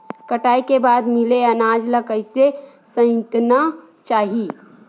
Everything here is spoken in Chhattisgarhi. कटाई के बाद मिले अनाज ला कइसे संइतना चाही?